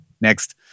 next